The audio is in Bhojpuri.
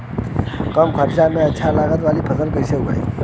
कम खर्चा में अच्छा लागत वाली फसल कैसे उगाई?